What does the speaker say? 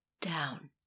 down